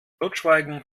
totschweigen